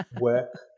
work